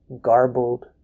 garbled